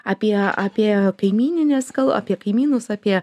apie apie kaimynines kal apie kaimynus apie